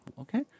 Okay